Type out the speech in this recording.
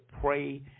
pray